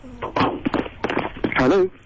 hello